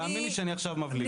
והאמן לי שאני עכשיו מבליג.